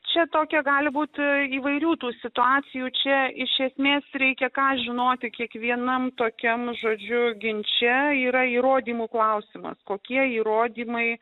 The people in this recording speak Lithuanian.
čia tokia gali būti įvairių tų situacijų čia iš esmės reikia ką žinoti kiekvienam tokiam žodžiu ginče yra įrodymų klausimas kokie įrodymai